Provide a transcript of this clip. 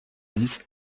dix